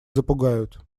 запугают